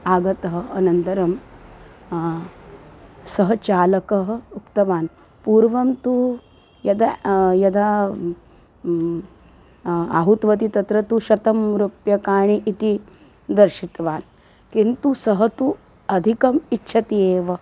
आगतः अनन्तरं सः चालकः उक्तवान् पूर्वं तु यदा यदा आहूतवती तत्र तु शतं रूप्यकाणि इति दर्शितवान् किन्तु सः तु अधिकम् इच्छति एव